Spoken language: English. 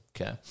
Okay